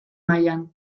mailan